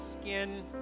skin